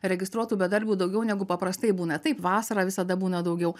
registruotų bedarbių daugiau negu paprastai būna taip vasarą visada būna daugiau